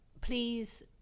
please